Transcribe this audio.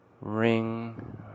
Ring